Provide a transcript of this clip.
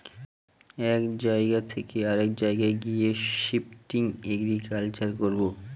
এক জায়গা থকে অরেক জায়গায় গিয়ে শিফটিং এগ্রিকালচার করবো